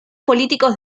políticos